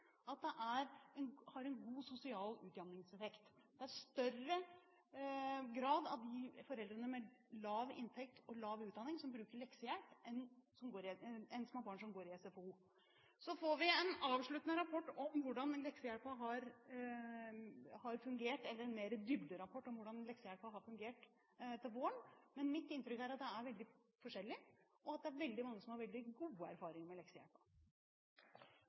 bruker den, at den har en god sosial utjamningseffekt. Det er en større andel av foreldrene med lav inntekt og lav utdanning som bruker leksehjelp, enn dem som har barn som går i SFO. Så får vi en avsluttende rapport – en dybderapport – til våren om hvordan leksehjelpen har fungert, men mitt inntrykk er at det er veldig forskjellig, og at det er veldig mange som har veldig gode erfaringer med leksehjelpen.